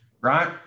right